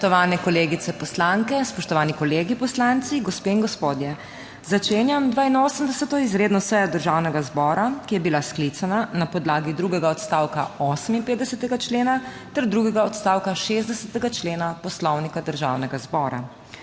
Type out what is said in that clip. Spoštovani kolegice poslanke, spoštovani kolegi poslanci, gospe in gospodje! Začenjam 82. izredno sejo Državnega zbora, ki je bila sklicana na podlagi drugega odstavka 58. člena ter drugega odstavka 60. člena Poslovnika Državnega zbora.